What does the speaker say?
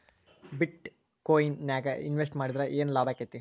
ಬಿಟ್ ಕೊಇನ್ ನ್ಯಾಗ್ ಇನ್ವೆಸ್ಟ್ ಮಾಡಿದ್ರ ಯೆನ್ ಲಾಭಾಕ್ಕೆತಿ?